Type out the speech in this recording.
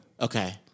Okay